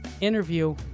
interview